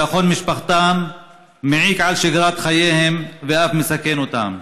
משפחתם מעיק על שגרת חייהם ואף מסכן אותם.